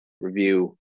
review